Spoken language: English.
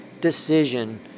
decision